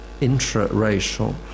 intra-racial